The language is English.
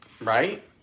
Right